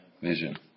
vision